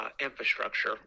infrastructure